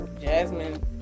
Jasmine